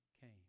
came